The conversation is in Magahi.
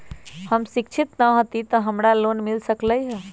हम शिक्षित न हाति तयो हमरा लोन मिल सकलई ह?